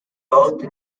both